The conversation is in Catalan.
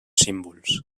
símbols